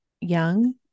young